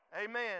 Amen